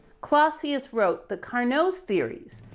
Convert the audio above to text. clausius wrote that carnot's theories,